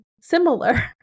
similar